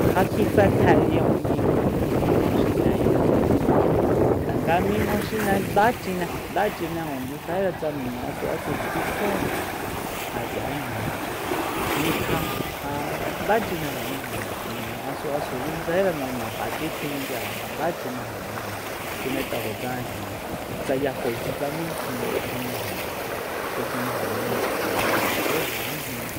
Ja ja kjifetje ya nima xine kúi ngatjen nanguiña tanga nima xine ndá chine nda chineju nguisajira tsa niñu asuasuchi kuitju ja kia ijin nitja ja nda chineju niñu asuasu nuisaji tsanga naxachi tjiminchyare ja nda chineju ijin chinet'ajo tsa ijin yajo tsa mí tji- tji ijin tji chineju nima ayajnunde ku ja ijin